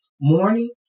morning